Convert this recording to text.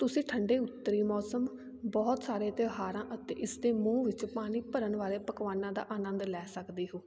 ਤੁਸੀਂ ਠੰਡੇ ਉੱਤਰੀ ਮੌਸਮ ਬਹੁਤ ਸਾਰੇ ਤਿਉਹਾਰਾਂ ਅਤੇ ਇਸ ਦੇ ਮੂੰਹ ਵਿੱਚ ਪਾਣੀ ਭਰਨ ਵਾਲੇ ਪਕਵਾਨਾਂ ਦਾ ਆਨੰਦ ਲੈ ਸਕਦੇ ਹੋ